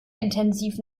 intensiv